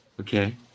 Okay